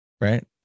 right